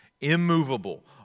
immovable